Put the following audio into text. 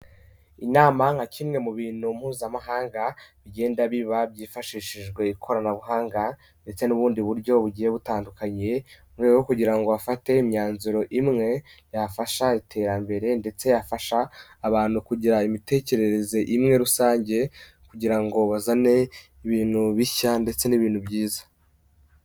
Inama nka kimwe mu bintu mpuzamahanga bigenda biba byifashishijwe ikoranabuhanga ndetse n'ubundi buryo bugiye butandukanye, murwego rwo kugira ngo bafate imyanzuro imwe, yafasha iterambere ndetse yafasha abantu kugira imitekerereze imwe rusange kugira ngo bazane ibintu bishya ndetse n'ibintu byiza.